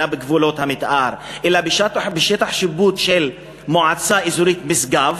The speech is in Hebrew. בגבולות המתאר אלא בשטח השיפוט של המועצה האזורית משגב,